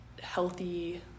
healthy